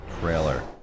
trailer